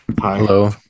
Hello